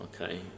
okay